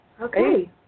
Okay